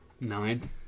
Nine